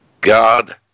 God